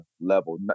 level